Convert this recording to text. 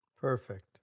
Perfect